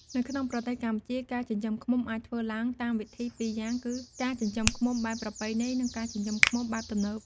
នៅក្នុងប្រទេសកម្ពុជា ការចិញ្ចឹមឃ្មុំអាចធ្វើឡើងតាមវិធីពីរយ៉ាងគឺ ការចិញ្ចឹមឃ្មុំបែបប្រពៃណី និងការចិញ្ចឹមឃ្មុំបែបទំនើប។